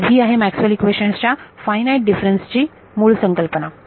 तर ही आहे मॅक्सवेलस इक्वेशन्सMaxwell's equations च्या फायनाईट डिफरन्स ची मूळ कल्पना